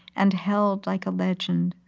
and held like a legend,